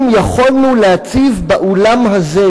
אם יכולנו להציב באולם הזה,